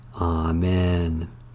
Amen